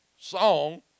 Song